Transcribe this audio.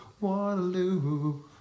Waterloo